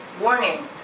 warning